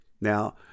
Now